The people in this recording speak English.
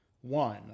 One